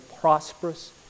prosperous